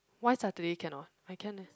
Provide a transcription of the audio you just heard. why Saturday cannot I can leh